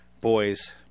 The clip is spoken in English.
boys